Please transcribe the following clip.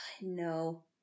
no